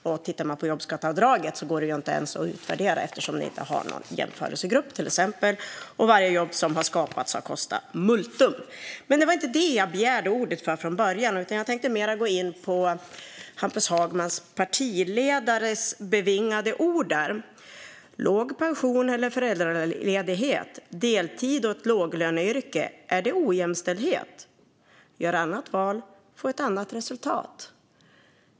Och jobbskatteavdraget går inte ens att utvärdera eftersom ni exempelvis inte har någon jämförelsegrupp, och varje jobb som har skapats har kostat multum. Men det var inte för detta jag begärde replik från början, utan jag tänkte mer gå in på Hampus Hagmans partiledares bevingade ord: Låg pension eller föräldraledighet, deltid och ett låglöneyrke - är det ojämställdhet? Gör annat val, få ett annat resultat.